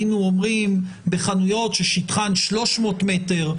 היינו אומרים שבחנויות ששטחן 300 מטרים,